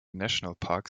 nationalpark